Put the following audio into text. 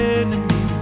enemy